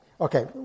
Okay